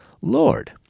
Lord